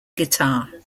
guitar